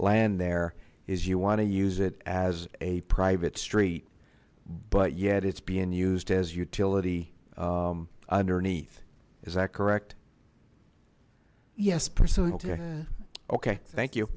land there is you want to use it as a private street but yet it's being used as utility underneath is that correct yes personal ok thank you